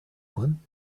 one